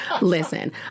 listen